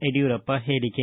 ಯಡಿಯೂರಪ್ಪ ಹೇಳಿಕೆ